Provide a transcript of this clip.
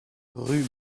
rue